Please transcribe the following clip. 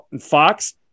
Fox